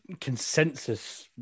consensus